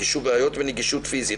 בעיות בנגישות פיזית.